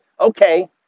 Okay